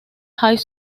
high